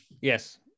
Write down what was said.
yes